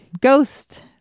ghost